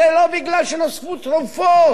זה לא מפני שנוספו תרופות,